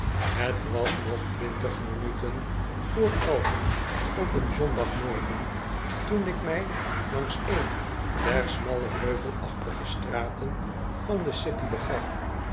het was nog twintig minuten vr elven op oen zondagmorgen toen ik mij langs een deismalle heuvelachtige straten van de city begaf